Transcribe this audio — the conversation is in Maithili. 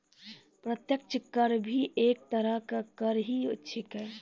प्रत्यक्ष कर भी एक तरह के कर ही छेकै